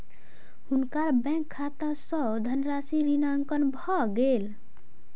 हुनकर बैंक खाता सॅ धनराशि ऋणांकन भ गेल